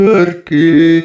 Turkey